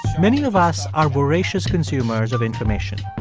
many of us are voracious consumers of information,